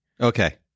Okay